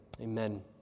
Amen